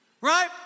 Right